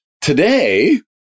Today